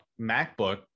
MacBook